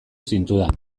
zintudan